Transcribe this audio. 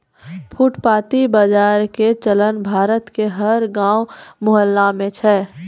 फुटपाती बाजार के चलन भारत के हर गांव मुहल्ला मॅ छै